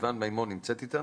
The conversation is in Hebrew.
סיון מימון נמצאת איתנו?